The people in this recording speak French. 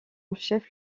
chef